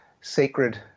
sacred